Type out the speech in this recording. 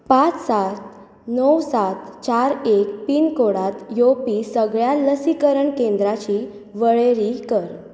पांच सात णव सात चार एक पिनकोडांत येवपी सगळ्या लसीकरण केंद्रांची वळेरी कर